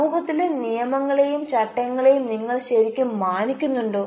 സമൂഹത്തിലെ നിയമങ്ങളെയും ചട്ടങ്ങളെയും നിങ്ങൾ ശരിക്കും മാനിക്കുന്നുണ്ടോ